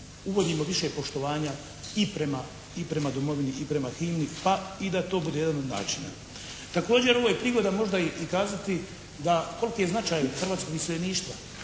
uvodimo više poštovanja i prema domovini i prema himni pa i da to bude jedan od način. Također ovo je prigoda možda i kazati da koliki je značaj hrvatskog iseljeništva.